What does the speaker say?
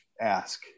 ask